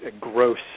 gross